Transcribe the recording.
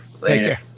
Later